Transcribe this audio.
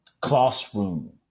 classroom